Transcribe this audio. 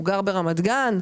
הוא גר ברמת גן.